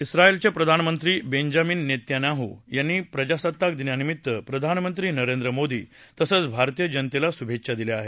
इस्राईलचे प्रधानमंत्री Benjamin Netanyahu यांनी प्रजासत्ताक दिनानिमीत्त प्रधानमंत्री नरेंद्र मोदी तसंच भारतीय जनतेला शुभेच्छा दिल्या आहेत